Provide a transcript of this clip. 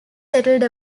settled